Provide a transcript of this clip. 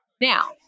Now